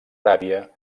aràbia